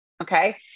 Okay